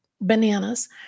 bananas